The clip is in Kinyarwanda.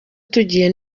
tugiye